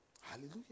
Hallelujah